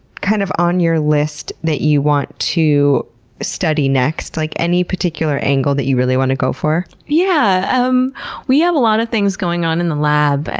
kind of, on your list that you want to study next? like, any particular angle that you really want to go for? yeah um we have a lot of things going on in the lab.